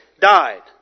died